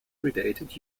predated